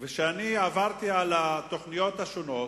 כשאני עברתי על התוכניות השונות,